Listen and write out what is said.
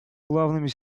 главными